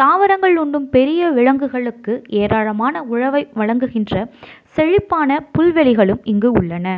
தாவரங்கள் உண்ணும் பெரிய விலங்குகளுக்கு ஏராளமான உணவை வழங்குகின்ற செழிப்பான புல்வெளிகளும் இங்கு உள்ளன